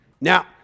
Now